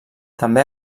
també